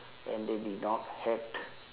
and they did not had